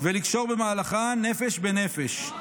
ולקשור במהלכה נפש בנפש.